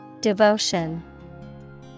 Devotion